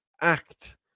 act